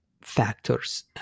factors